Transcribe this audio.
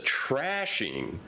trashing